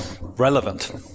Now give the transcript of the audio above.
relevant